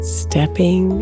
stepping